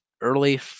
early